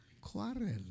quarrel